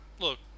look